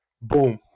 boom